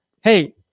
hey